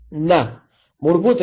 ના મૂળભૂત રીતે નહીં